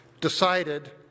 decided